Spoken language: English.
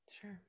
Sure